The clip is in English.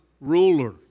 ruler